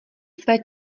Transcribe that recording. své